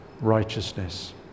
righteousness